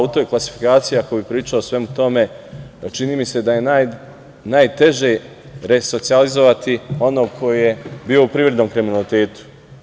U toj klasifikaciji ako bih pričao o svemu tome čini mi se da je najteže resocijalizovati onog koji je bio u privrednom kriminalitetu.